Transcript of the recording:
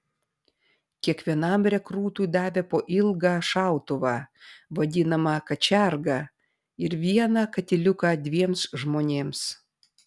kiekvienam rekrūtui davė po ilgą šautuvą vadinamą kačergą ir vieną katiliuką dviems žmonėms